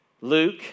Luke